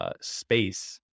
space